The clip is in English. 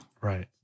Right